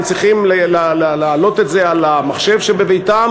הם צריכים להעלות את זה על המחשב שבביתם